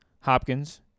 Hopkins